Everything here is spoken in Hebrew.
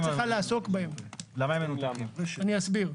אני אסביר.